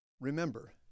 Remember